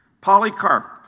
Polycarp